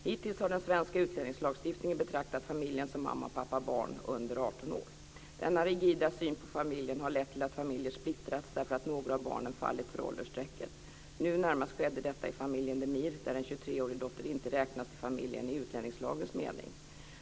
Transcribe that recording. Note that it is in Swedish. Hittills har den svenska utlänningslagstiftningen betraktat familjen som mamma, pappa och barn under 18 år. Denna rigida syn på familjen har lett till att familjer splittrats därför att några av barnen har fallit för åldersstrecket. Nu närmast skedde detta i fallet med familjen Demir, där en 23-årig dotter inte räknas till familjen i utlänningslagens mening.